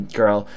girl